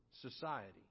society